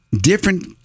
different